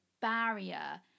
barrier